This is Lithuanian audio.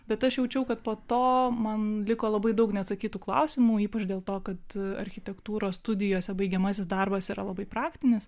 bet aš jaučiau kad po to man liko labai daug neatsakytų klausimų ypač dėl to kad architektūros studijose baigiamasis darbas yra labai praktinis